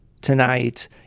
tonight